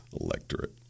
electorate